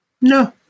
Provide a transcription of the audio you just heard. No